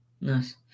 nice